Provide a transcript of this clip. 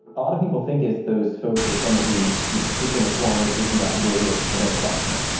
a lot of people think is those folks as someone who you know sits in a corner drinking out and do and no one talks to them.